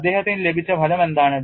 അദ്ദേഹത്തിന് ലഭിച്ച ഫലം എന്താണ്